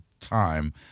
time